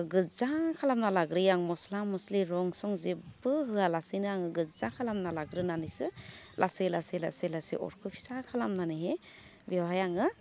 गोजा खालामना लाग्रोयो आं मस्ला मस्लि रं सं जेबबो होआलासेनो आङो गोजजा खालामना लाग्रोनानैसो लासै लासै लासै लासै अरखौ फिसा खालामनानैहै बेवहाय आङो